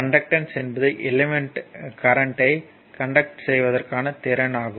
conductance என்பது எலிமெண்ட்யின் கரண்ட்யை கண்டக்ட் செய்வதற்கான திறன் ஆகும்